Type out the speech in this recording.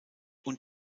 und